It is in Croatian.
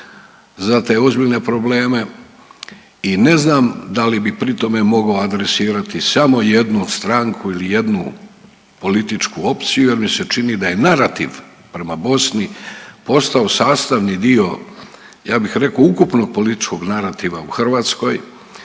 za te ozbiljne probleme i ne znam da li bi pri tome mogao adresirati samo jednu stranku ili samo jednu političku opciju jer mi se čini da je narativ prema Bosni postao sastavni dio ja bih rekao ukupnog političkog narativa u Hrvatskoj